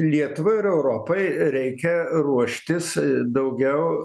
lietuvai ir europai reikia ruoštis daugiau